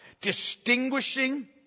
distinguishing